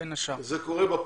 בין השאר.